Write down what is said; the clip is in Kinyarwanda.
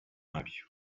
wabyo